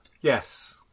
Yes